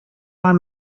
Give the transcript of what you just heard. i’m